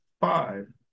five